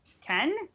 Ken